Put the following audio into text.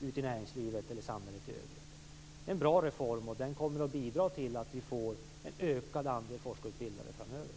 ute i näringslivet eller i samhället i övrigt. En bra reform. Den kommer att bidra till att vi får en ökad andel forskarutbildade framöver.